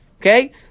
Okay